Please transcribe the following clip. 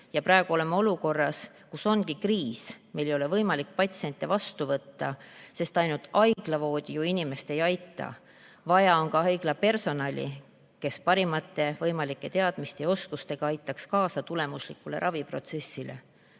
ja praegu oleme olukorras, kus ongi kriis – meil ei ole võimalik patsiente vastu võtta, sest ainult haiglavoodi ju inimest ei aita, vaja on ka haiglapersonali, kes parimate võimalike teadmiste ja oskustega aitaks kaasa tulemuslikule raviprotsessile.